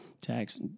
tax